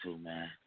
man